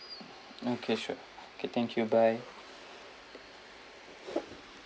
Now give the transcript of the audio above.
okay sure okay thank you bye